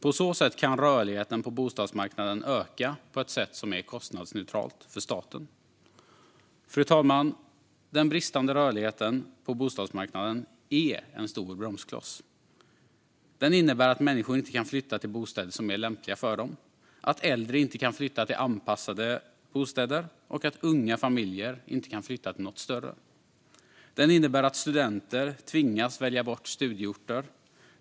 På så sätt kan rörligheten på bostadsmarknaden öka på ett sätt som är kostnadsneutralt för staten. Fru talman! Den bristande rörligheten på bostadsmarknaden är en stor bromskloss. Den innebär att människor inte kan flytta till bostäder som är lämpliga för dem, att äldre inte kan flytta till anpassade bostäder och att unga familjer inte kan flytta till något större. Den innebär att studenter tvingas välja bort studieorter.